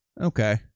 Okay